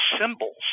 symbols